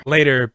Later